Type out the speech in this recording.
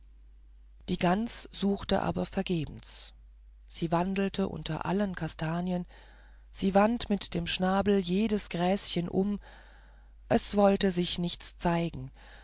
die gans suchte aber vergebens sie wandelte unter allen kastanien sie wandte mit dem schnabel jedes gräschen um es wollte sich nichts zeigen